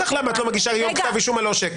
לך למה את לא מגישה היום כתב אישום על עושק.